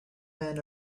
men